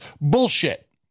Bullshit